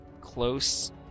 close